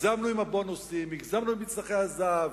הגזמנו עם הבונוסים, הגזמנו עם "מצנחי הזהב".